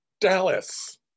Dallas